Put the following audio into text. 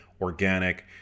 organic